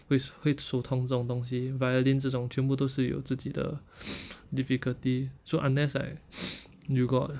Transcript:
会会手痛这种东西 violin 这种全部都是有自己的 difficulty so unless like you got